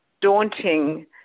daunting